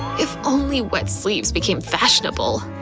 if only wet sleeves became fashionable.